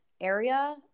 area